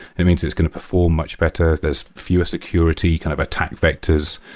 it means it's going to perform much better. there's fewer security, kind of attack vectors,